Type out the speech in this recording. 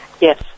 Yes